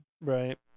Right